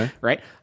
right